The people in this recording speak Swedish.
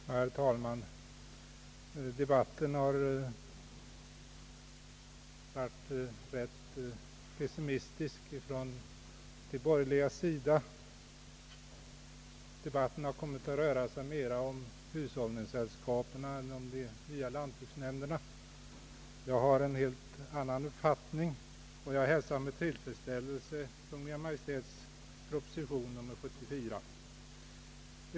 Herr talman! Debatten har från de borgerligas sida präglats av pessimism. Den har kommit att röra sig mera om hushållningssällskapen än om de nya lantbruksnämnderna. Jag har en helt annan uppfattning, och jag hälsar med tillfredsställelse Kungl. Maj:ts proposition nr 74.